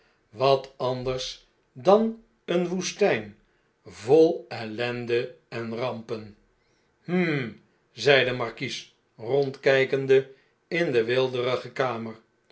wat anders dan een woestijn vol ellende en rampen hm zei de markies rondkykende in de weelderige kamer